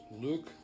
Luke